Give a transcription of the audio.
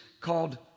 called